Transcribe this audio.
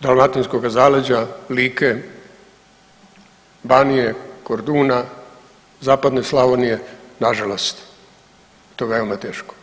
dalmatinskoga zaleđa, Like, Banije, Korduna, Zapadne Slavonije na žalost to je veoma teško.